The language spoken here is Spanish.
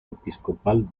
episcopal